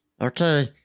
Okay